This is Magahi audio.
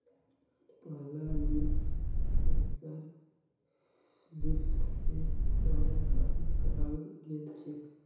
पहला लीफ सेंसर लीफसेंस स विकसित कराल गेल छेक